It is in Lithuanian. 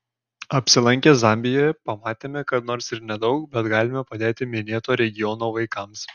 apsilankę zambijoje pamatėme kad nors ir nedaug bet galime padėti minėto regiono vaikams